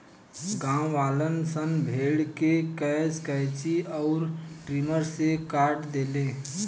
गांववालन सन भेड़ के केश कैची अउर ट्रिमर से काट देले